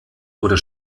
oder